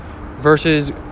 versus